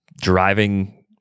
driving